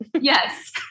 Yes